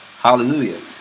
Hallelujah